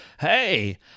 hey